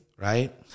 right